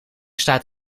staat